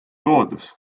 loodus